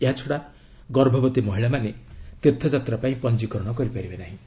ଏହାଛଡ଼ା ଗର୍ଭବତୀ ମହିଳାମାନେ ମଧ୍ୟ ତୀର୍ଥଯାତ୍ରା ପାଇଁ ପଞ୍ଜିକରଣ କରିପାରିବେ ନାହିଁ